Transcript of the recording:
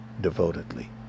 devotedly